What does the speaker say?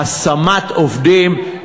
השמת עובדים.